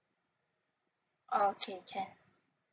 oh okay can